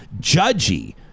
judgy